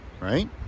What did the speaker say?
right